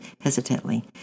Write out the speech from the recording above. hesitantly